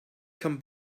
come